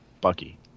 bucky